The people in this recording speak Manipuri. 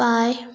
ꯄꯥꯏ